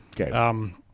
Okay